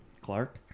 clark